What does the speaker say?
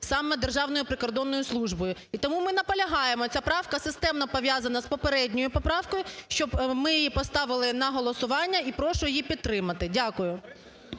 саме Державною прикордонною службою. І тому ми наполягаємо, ця правка системно пов'язана з попередньою поправкою, щоб ми її поставили на голосування. І прошу її підтримати. Дякую.